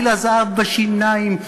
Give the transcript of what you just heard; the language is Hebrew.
גיל הזהב בשיניים,